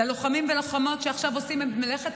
ללוחמים והלוחמות שעכשיו עושים את מלאכת